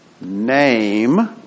name